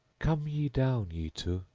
come ye down, ye two,